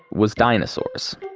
was dinosaurs.